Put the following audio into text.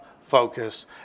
focus